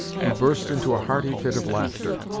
he burst into a hearty fit of laughter.